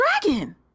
dragon